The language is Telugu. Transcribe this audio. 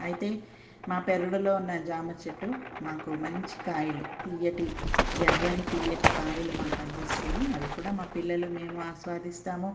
అయితే మా పెరడులో ఉన్న జామ చెట్టు మాకు మంచి కాయలు తియ్యటి ఎర్రని తీయటి కాయలు మాకు అందిస్తుంది అవి కూడా మా పిల్లలు మేము ఆస్వాదిస్తాము